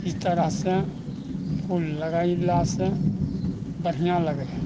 ई तरहसे फूल लगैला से बढ़िआँ लगै हइ